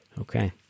Okay